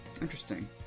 Interesting